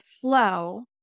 flow